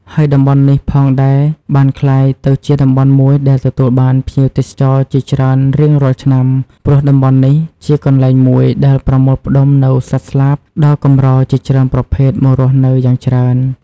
ហើយតំបន់នេះផងដែលបានក្លាយទៅជាតំបន់មួយដែលទទួលបានភ្ញៀវទេសចរជាច្រើនរៀងរាល់ឆ្នាំ ព្រោះតំបន់នេះជាកន្លែងមួយ ដែលប្រមូលផ្តុំនូវសត្វស្លាបដ៏កម្រជាច្រើនប្រភេទមករស់នៅយ៉ាងច្រើន។